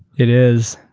it is,